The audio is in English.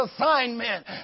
assignment